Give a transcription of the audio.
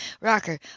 rocker